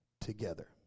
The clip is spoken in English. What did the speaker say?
together